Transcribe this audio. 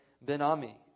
Ben-Ami